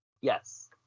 Yes